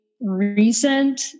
recent